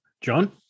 John